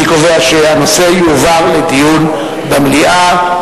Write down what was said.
אני קובע שהנושא יועבר לדיון במליאה.